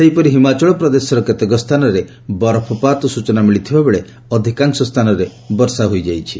ସେହିପରି ହିମାଚଳ ପ୍ରଦେଶର କେତେକ ସ୍ଥାନରେ ବରଫପାତର ସୂଚନା ମିଳିଥିବା ବେଳେ ଅଧିକାଂଶ ସ୍ଥାନରେ ବର୍ଷା ହୋଇଯାଇଛି